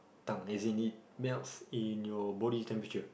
tongue as in it melts in your body temperature